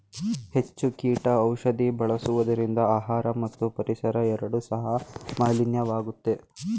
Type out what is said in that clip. ಹೆಚ್ಚು ಕೀಟ ಔಷಧಿ ಬಳಸುವುದರಿಂದ ಆಹಾರ ಮತ್ತು ಪರಿಸರ ಎರಡು ಸಹ ಮಾಲಿನ್ಯವಾಗುತ್ತೆ